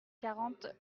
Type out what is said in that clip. quarante